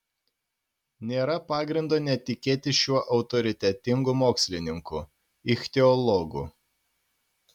nėra pagrindo netikėti šiuo autoritetingu mokslininku ichtiologu